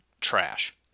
trash